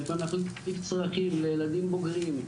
אבל להחליף צרכים לילדים בוגרים,